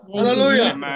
Hallelujah